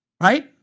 Right